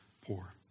poor